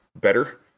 better